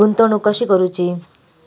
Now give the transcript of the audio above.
गुंतवणूक कशी करूची?